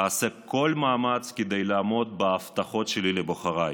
אעשה כל מאמץ כדי לעמוד בהבטחות שלי לבוחריי,